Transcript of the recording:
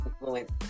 influence